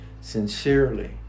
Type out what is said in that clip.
sincerely